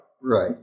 Right